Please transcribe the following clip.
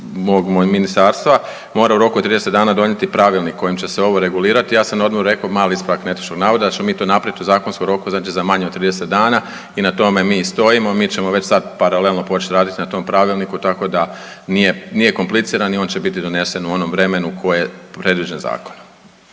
mog ministarstva mora u roku od 30 dana donijeti pravilnik kojim će se ovo regulirati. Ja sam na odboru rekao mali ispravak netočnog navoda da ćemo mi to napraviti u zakonskom roku znači za manje od 30 dana i na tome mi stojimo, mi ćemo već sad paralelno počet radit na tom pravilniku tako da nije, nije kompliciran i on će biti donesen u onom vremenu koji je predviđen zakonom.